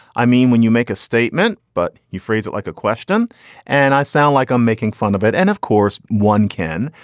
i mean, when you make a statement, but you phrase it like a question and i sound like i'm making fun of it. and of course, one can.